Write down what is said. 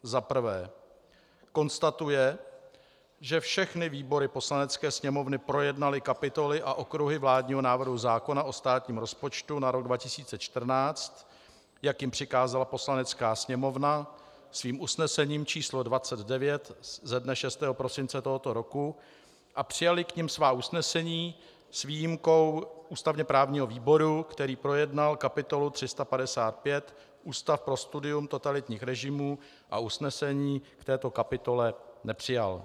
1. konstatuje, že všechny výbory Poslanecké sněmovny projednaly kapitoly a okruhy vládního návrhu zákona o státním rozpočtu na rok 2014, jak jim přikázala Poslanecká sněmovna svým usnesením číslo 29 ze dne 6. prosince tohoto roku, a přijaly k nim svá usnesení, s výjimkou ústavněprávního výboru, který projednal kapitolu 355 Ústav pro studium totalitních režimů a usnesení k této kapitole nepřijal.